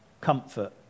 comfort